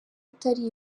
atari